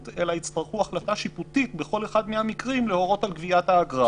אלא יצטרכו החלטה שיפוטית בכל אחד מהמקרים להורות על גביית האגרה.